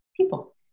people